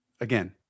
Again